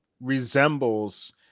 resembles